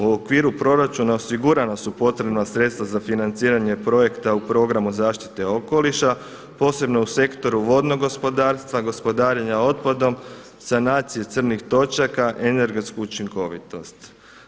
U okviru proračuna osigurana su potrebna sredstva za financiranje projekta u Programu zaštite okoliša posebno u sektoru vodnog gospodarstva, gospodarenja otpadom, sanacije crnih točaka, energetsku učinkovitost.